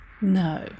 No